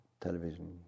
television